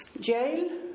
jail